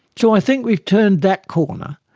so i think we've turned that corner.